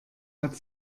hat